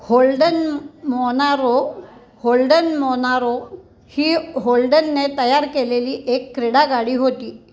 holding Monaro Holden Monaro ही होल्डनने तयार केलेली एक क्रीडागाडी होती